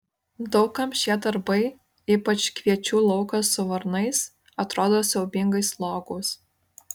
daug kam šie darbai ypač kviečių laukas su varnais atrodo siaubingai slogūs